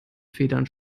federn